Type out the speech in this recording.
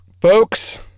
Folks